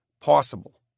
possible